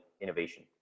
innovation